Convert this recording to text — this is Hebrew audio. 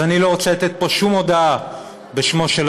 אז אני לא רוצה לתת פה שום הודעה בשמו של